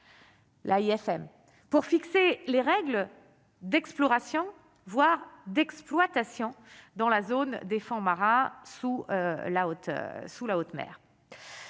L'AFM pour fixer les règles d'exploration, voire d'exploitation dans la zone des fonds marins sous la haute sous